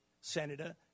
Senator